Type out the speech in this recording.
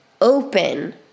open